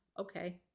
Okay